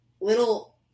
little